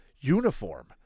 uniform